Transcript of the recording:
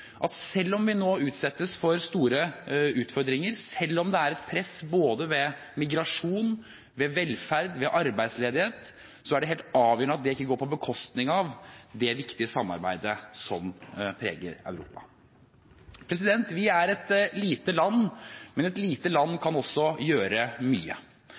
Selv om vi nå utsettes for store utfordringer, og selv om det er et press knyttet til migrasjon, velferd og arbeidsledighet, er det helt avgjørende at det ikke går på bekostning av det viktige samarbeidet som preger Europa. Vi er et lite land, men et lite land kan også gjøre mye.